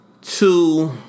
two